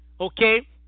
okay